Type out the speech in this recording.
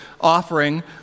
offering